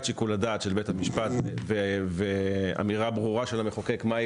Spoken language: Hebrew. שיקול הדעת של בית המשפט ואמירה ברורה של המחוקק מהי